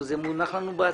זה מונח לנו בעצמות.